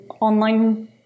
online